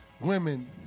women